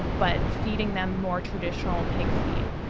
but feeding them more traditional pig feed.